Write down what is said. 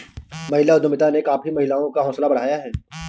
महिला उद्यमिता ने काफी महिलाओं का हौसला बढ़ाया है